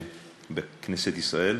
בכנסת ישראל.